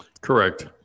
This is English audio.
Correct